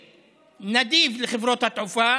נדיב, לחברות התעופה.